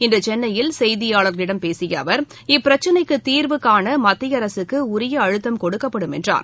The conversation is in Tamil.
இன்று சென்னையில் செய்தியாளர்களிடம் பேசிய அவர் இப்பிரச்சினைக்கு தீர்வு காண மத்திய அரசுக்கு உரிய அழுத்தம் கொடுக்கப்படும் என்றார்